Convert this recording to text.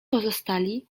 pozostali